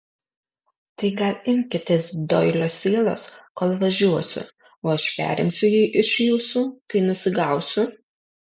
tai gal imkitės doilio sielos kol važiuosiu o aš perimsiu jį iš jūsų kai nusigausiu